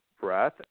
breath